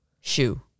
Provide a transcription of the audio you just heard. Shoe